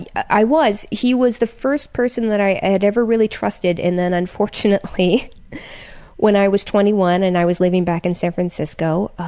and i was. he was the first person i had ever really trusted and then unfortunately when i was twenty one and i was living back in san francisco,